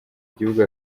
igihugu